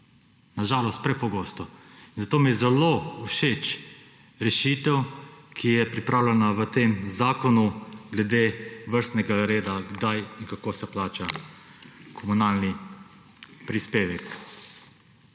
na žalost prepogosto. Zato mi je zelo všeč rešitev, ki je pripravljena v tem zakonu glede vrstnega reda, kdaj in kako se plača komunalni prispevek.